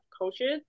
coaches